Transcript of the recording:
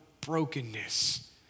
brokenness